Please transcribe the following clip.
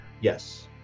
Yes